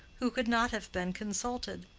who could not have been consulted.